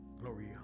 glory